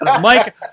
Mike